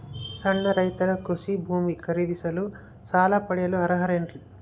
ಸಣ್ಣ ರೈತರು ಕೃಷಿ ಭೂಮಿ ಖರೇದಿಸಲು ಸಾಲ ಪಡೆಯಲು ಅರ್ಹರೇನ್ರಿ?